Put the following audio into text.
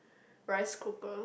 rice cooker